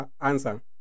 answer